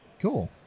cool